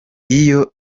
iyo